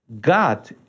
God